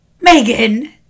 Megan